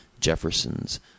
Jefferson's